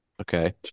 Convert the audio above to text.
Okay